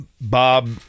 Bob